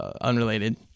Unrelated